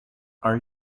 are